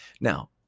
Now